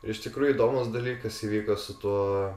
ir iš tikrųjų įdomus dalykas įvyko su tuo